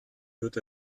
hört